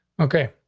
okay,